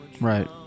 right